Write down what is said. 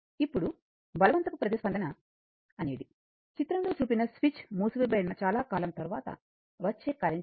ఇప్పుడు బలవంతపు ప్రతిస్పందన అనేది చిత్రం లో చూపిన స్విచ్ మూసివేయబడిన చాలా కాలం తర్వాత వచ్చే కరెంటు విలువ